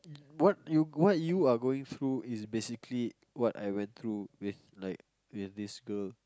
what you what you are going through is basically what I went through with like with this girl